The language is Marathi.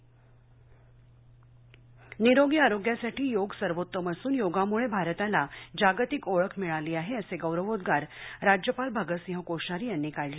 राज्यपाल निरोगी आरोग्यासाठी योग सर्वोत्तम असून योगामुळे भारताला जागतिक ओळख मिळाली आहे असे गौरवोद्रार राज्यपाल भगतसिंह कोश्यारी यांनी काढले